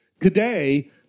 today